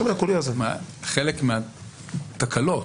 חלק מהתקלות,